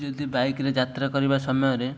ଯଦି ବାଇକ୍ରେ ଯାତ୍ରା କରିବା ସମୟରେ